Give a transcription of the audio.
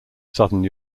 southern